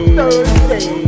Thursday